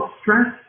stress